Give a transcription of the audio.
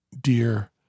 dear